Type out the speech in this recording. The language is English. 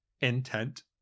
intent